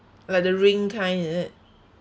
like the ring kind is it